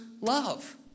love